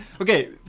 Okay